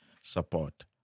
support